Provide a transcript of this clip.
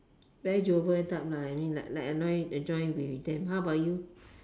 very jovial type lah I mean like like enjoy enjoy with them how about you